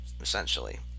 Essentially